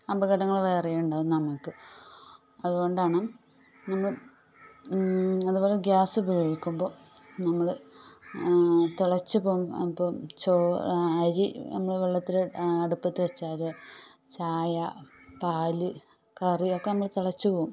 അപകടങ്ങൾ വേറെയുണ്ടാകും നമുക്ക് അതുകൊണ്ടാണ് നമ്മൾ അതു പോലെ ഗ്യാസ് ഉപയോഗിക്കുമ്പോൾ നമ്മൾ തിളച്ചു അരി നമ്മൾ വെള്ളത്തിൽ അടുപ്പത്ത് വെച്ചാൽ ചായ പാൽ കറിയൊക്കെ നമ്മൾ തിളച്ചു പോകും